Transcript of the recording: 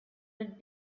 had